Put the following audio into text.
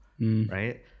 right